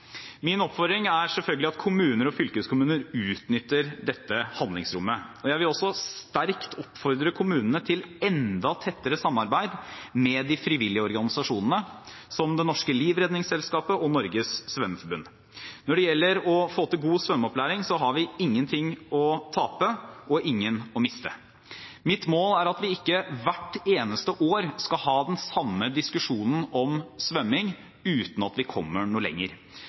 Min oppfordring er selvfølgelig at kommuner og fylkeskommuner utnytter dette handlingsrommet. Jeg vil også sterkt oppfordre kommunene til enda tettere samarbeid med de frivillige organisasjonene, som Norges Livredningsselskap og Norges Svømmeforbund. Når det gjelder å få til god svømmeopplæring, har vi ingenting å tape og ingen å miste. Mitt mål er at vi ikke hvert eneste år skal ha den samme diskusjonen om svømming uten at vi kommer noe lenger.